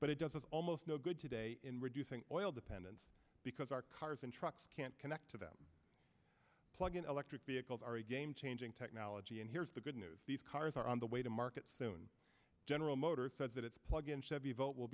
but it does almost no good today in reducing oil dependence because our cars and trucks can't connect to them plug in electric vehicles are a game changing technology and here's the good news these cars are on the way to market soon general motors said that its plug in chevy volt will